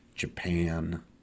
Japan